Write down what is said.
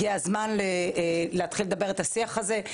הגיע הזמן להתחיל לדבר את השיח הזה,